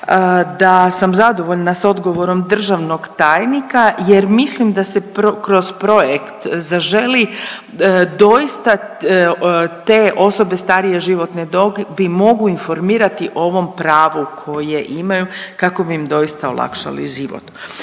da sam zadovoljna sa odgovorom državnog tajnika jer mislim da se kroz projekt Zaželi doista te osobe starije životne dobi mogu informirati o ovom pravu koje imaju kako bi im doista olakšali život.